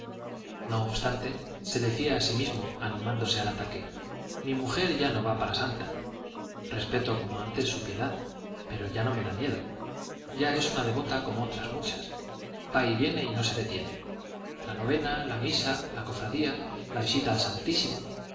no obstante se decía a sí mismo animándose al ataque mi mujer ya no va para santa respeto como antes su piedad pero ya no me da miedo ya es una devota como otras muchas va y viene y no se detiene la novena la misa la cofradía la visita al santísimo